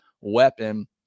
weapon